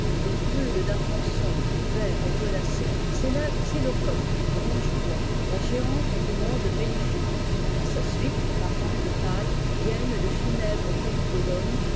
brûle d'un feu somîre vert et violacé c'est la xylocope ronge bois la géante du monde mellifique a sa suite par rang de taille viennent les funèbres chalicodomes